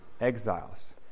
exiles